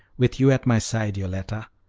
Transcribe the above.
with you at my side, yoletta.